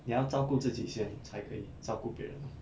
你要照顾自己先才可以照顾别人